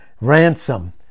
ransom